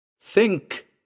Think